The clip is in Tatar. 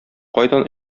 кайдан